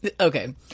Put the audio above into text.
Okay